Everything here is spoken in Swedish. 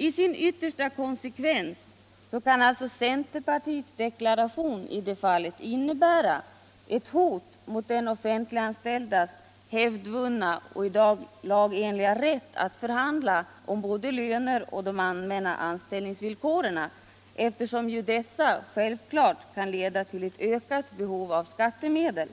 I sin yttersta konsekvens kan alltså centerpartiets deklaration innebära ett hot mot de offentliganställdas hävdvunna och lagenliga rätt att förhandla om både löner och allmänna anställningsvillkor, eftersom dessa självklart kan leda till ökat behov av skattemedel.